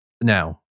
now